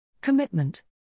commitment